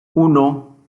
uno